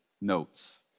notes